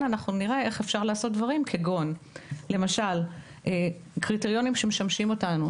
אבל כן נראה איך אפשר להבהיר דברים כמו למשל הקריטריונים שמשמשים אותנו,